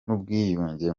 n’ubwiyunge